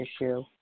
issue